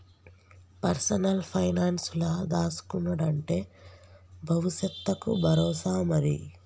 personal పైనాన్సుల దాస్కునుడంటే బవుసెత్తకు బరోసా మరి